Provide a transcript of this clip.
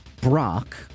Brock